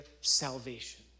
salvation